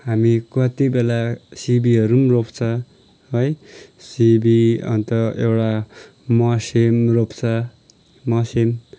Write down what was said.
हामी कति बेला सिमीहरू पनि रोप्छ है सिमी अन्त एउटा मस्याङ रोप्छ मस्याङ